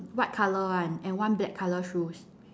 white color [one] and one black color shoes